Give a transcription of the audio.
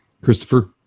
Christopher